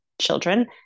children